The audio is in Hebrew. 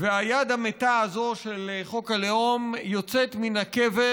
והיד המתה הזו של חוק הלאום יוצאת מן הקבר